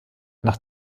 nach